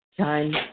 time